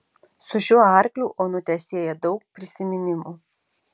su šiuo arkliu onutę sieja daug prisiminimų